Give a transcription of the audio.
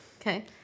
Okay